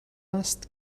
است